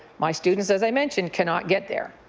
my students as i mentioned can not get there.